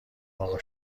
وافع